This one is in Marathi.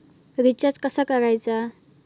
रिचार्ज कसा करायचा?